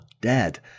dead